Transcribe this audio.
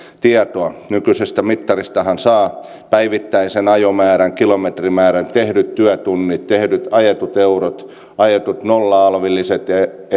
tietoa nykyisestä mittaristahan saa päivittäisen ajomäärän kilometrimäärän tehdyt työtunnit ajetut eurot ajetut nolla alvilliset